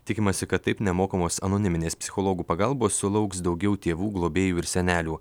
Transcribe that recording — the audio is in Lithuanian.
tikimasi kad taip nemokamos anoniminės psichologų pagalbos sulauks daugiau tėvų globėjų ir senelių